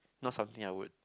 not something I would